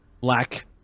black